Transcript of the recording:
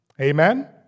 Amen